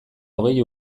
hogei